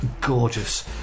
gorgeous